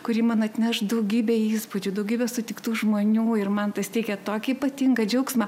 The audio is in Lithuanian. kuri man atneš daugybę įspūdžių daugybę sutiktų žmonių ir man tas teikė tokį ypatingą džiaugsmą